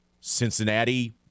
Cincinnati